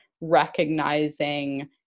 recognizing